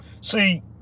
See